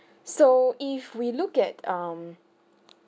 so if we look at um